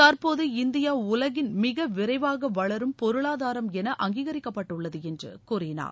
தற்போது இந்தியா உலகின் மிக விரைவாக வளரும் பொருளாதாரம் என அங்கிகரிக்கப்பட்டுள்ளது என்று கூறினார்